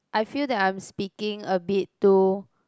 I feel that I'm speaking a bit too